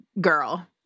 girl